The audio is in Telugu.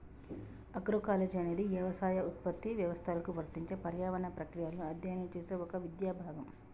అగ్రోకాలజీ అనేది యవసాయ ఉత్పత్తి వ్యవస్థలకు వర్తించే పర్యావరణ ప్రక్రియలను అధ్యయనం చేసే ఒక విద్యా భాగం